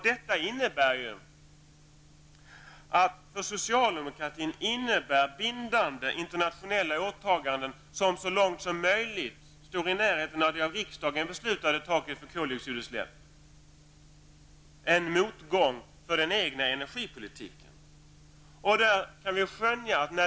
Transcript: Detta innebär att bindande internationella åtaganden, som så långt som möjligt står i närheten av det av riksdagen beslutade taket för koldioxidutsläppen, för socialdemokratin betyder en motgång för den egna energipolitiken.